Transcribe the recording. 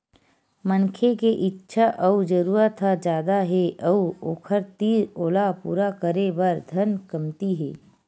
मनखे के इच्छा अउ जरूरत ह जादा हे अउ ओखर तीर ओला पूरा करे बर धन कमती हे